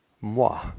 moi